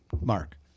Mark